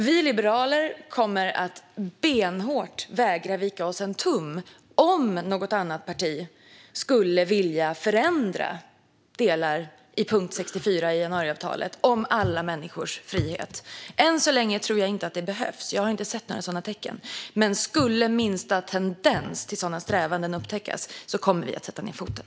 Vi liberaler kommer att benhårt vägra vika oss en tum om något annat parti skulle vilja förändra delar i punkt 64 i januariavtalet om alla människors frihet. Än så länge tror jag inte att det behövs. Jag har inte sett några sådana tecken. Men skulle minsta tendens till sådana strävanden upptäckas kommer vi att sätta ned foten.